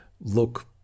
look